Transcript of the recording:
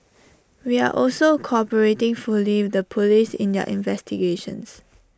we are also cooperating fully with the Police in their investigations